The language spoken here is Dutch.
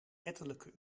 ettelijke